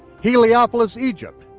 heliopolis, egypt.